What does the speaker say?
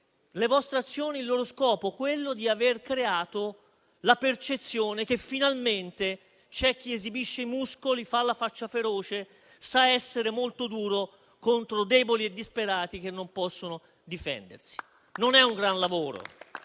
già raggiunto il loro scopo: aver creato la percezione che, finalmente, c'è chi esibisce i muscoli, fa la faccia feroce e sa essere molto duro contro deboli e disperati che non possono difendersi. Non è un gran lavoro